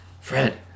Fred